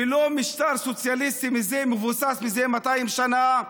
ולא משטר סוציאליסטי מבוסס זה 200 שנה.